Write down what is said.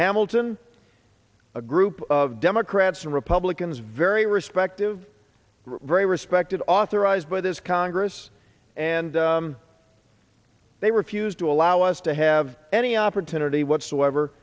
hamilton a group of democrats and republicans very respective respected authorized by this congress and they refused to allow us to have any opportunity whatsoever